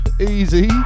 Easy